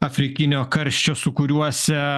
afrikinio karščio sūkuriuose